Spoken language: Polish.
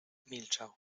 milczał